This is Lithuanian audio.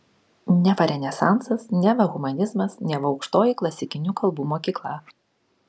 neva renesansas neva humanizmas neva aukštoji klasikinių kalbų mokykla